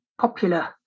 popular